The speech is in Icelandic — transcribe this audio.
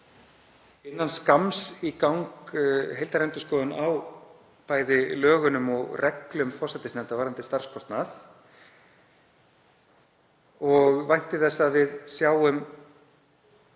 innan skamms í gang heildarendurskoðun á bæði lögunum og reglum forsætisnefndar varðandi starfskostnað og vænti þess að við sjáum